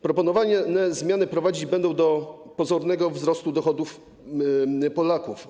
Proponowane zmiany prowadzić będą do pozornego wzrostu dochodów Polaków.